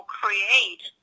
create